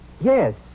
Yes